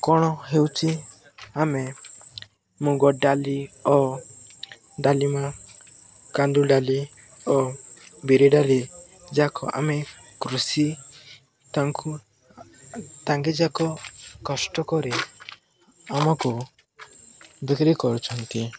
କ'ଣ ହେଉଛି ଆମେ ମୁଗ ଡାଲି ଓ ଡାଲିମା କାନ୍ଦୁ ଡାଲି ଓ ବିରି ଡାଲି ଯାକ ଆମେ କୃଷି ତାଙ୍କୁ ତାଙ୍କେ ଯାକ କଷ୍ଟ କରି ଆମକୁ ବିକ୍ରି କରୁଛନ୍ତି